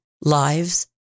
lives